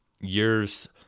years